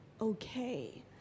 okay